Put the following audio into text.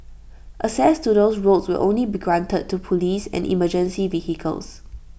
access to those roads will only be granted to Police and emergency vehicles